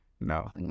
No